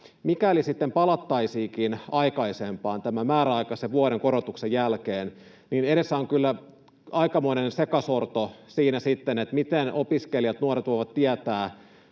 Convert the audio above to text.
mikäli sitten palattaisiinkin aikaisempaan tämän määräaikaisen vuoden korotuksen jälkeen, niin edessä on kyllä aikamoinen sekasorto sitten siinä, miten opiskelijat, nuoret voivat tietää,